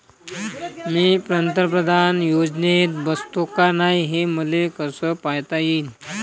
मी पंतप्रधान योजनेत बसतो का नाय, हे मले कस पायता येईन?